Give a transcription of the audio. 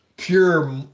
Pure